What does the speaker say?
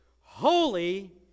holy